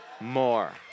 more